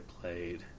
played